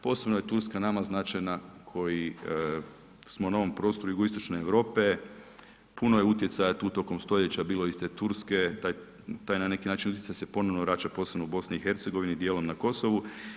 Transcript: Posebno je Turska nama značajna koji smo na ovom prostoru jugoistočne Europe, puno je utjecaja tu tokom stoljeća bilo iz te Turske, taj na neki način utjecaj se ponovno vraća posebno u BiH, dijelom na Kosovu.